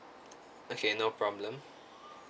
okay no problem